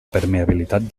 permeabilitat